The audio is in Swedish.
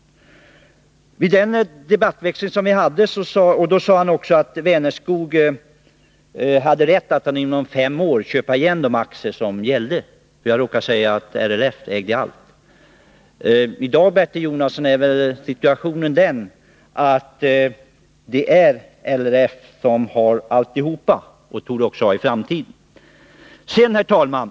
Han sade vid det tillfället också att Vänerskog hade rätt att inom fem år köpa igen aktierna — jag råkade nämligen säga att LRF ägde allt. I dag är väl situationen den att LRF har alla aktierna, och det torde man ha också i framtiden. Herr talman!